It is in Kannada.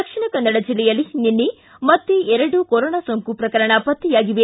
ದಕ್ಷಿಣ ಕನ್ನಡ ಜಿಲ್ಲೆಯಲ್ಲಿ ನಿನ್ನೆ ಮತ್ತೆ ಎರಡು ಕೊರೋನಾ ಸೋಂಕು ಪ್ರಕರಣ ಪತ್ತೆಯಾಗಿವೆ